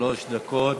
שלוש דקות, בבקשה.